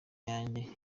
yanjye